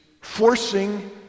forcing